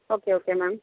okay okay ma'am